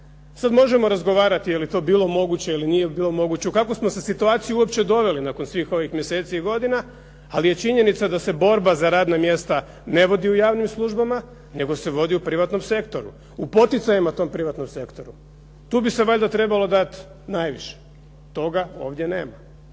Sad možemo razgovarati je li to bilo moguće ili nije bilo moguće, u kakvu smo se situaciju uopće doveli nakon svih ovih mjeseci i godina, ali je činjenica da se borba za radna mjesta ne vodi u javnim službama, nego se vodi u privatnom sektoru, u poticajima tom privatnom sektoru. Tu bi se valjda trebalo dati najviše. Toga ovdje nema.